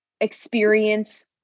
experience